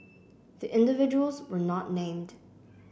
the individuals were not named